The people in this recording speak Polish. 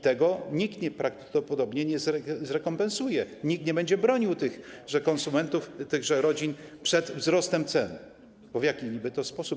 Tego nikt prawdopodobnie nie zrekompensuje, nikt nie będzie bronił tych konsumentów, tych rodzin przed wzrostem cen, bo w jaki niby sposób?